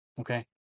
Okay